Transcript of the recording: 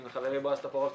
עם חברי בועז טופורובסקי,